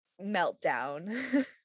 meltdown